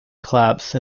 collapse